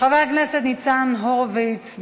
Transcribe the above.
חבר הכנסת ניצן הורוביץ,